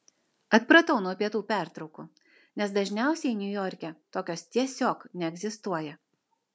atpratau nuo pietų pertraukų nes dažniausiai niujorke tokios tiesiog neegzistuoja